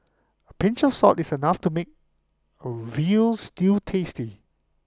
pinch of salt is enough to make A Veal Stew tasty